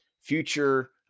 future